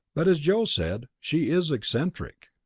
but as joe said, she is eccentric.